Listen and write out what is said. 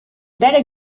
better